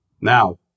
Now